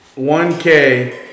1K